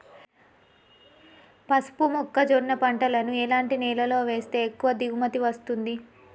పసుపు మొక్క జొన్న పంటలను ఎలాంటి నేలలో వేస్తే ఎక్కువ దిగుమతి వస్తుంది?